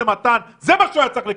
למתן את זה הוא היה צריך לכנס,